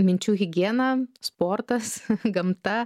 minčių higiena sportas gamta